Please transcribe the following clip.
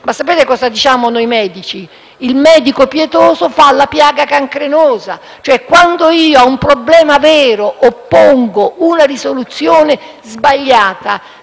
Ma sapete cosa diciamo noi medici? Il medico pietoso fa la piaga cancrenosa, e cioè quando a un problema vero si oppone una soluzione sbagliata,